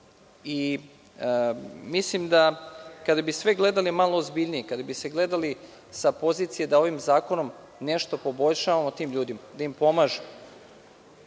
i propušteno. Kada bi sve gledali malo ozbiljnije, kada bi se gledali sa pozicije da ovim zakonom nešto poboljšavamo tim ljudima, da im pomažemo,